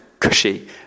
cushy